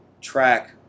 track